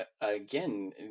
again